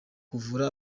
kuvura